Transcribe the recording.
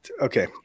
Okay